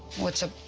what's up?